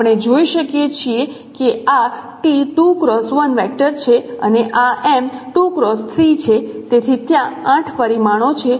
આપણે જોઈ શકીએ છીએ કે આ t વેક્ટર છે અને આ છે તેથી ત્યાં 8 પરિમાણો છે